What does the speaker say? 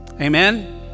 Amen